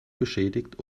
beschädigt